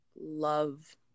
love